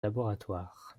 laboratoire